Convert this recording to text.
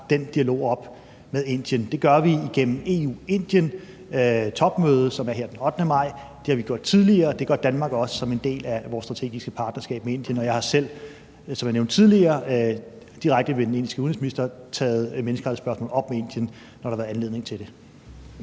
den dialog op med Indien. Det gør vi igennem EU-Indien-topmødet, som er her den 8. maj, det har vi gjort tidligere, og det gør Danmark også som en del af vores strategiske partnerskab med Indien. Og jeg har selv, som jeg nævnte tidligere, direkte med den indiske udenrigsminister taget menneskerettighedsspørgsmål op med Indien, når der har været anledning til det.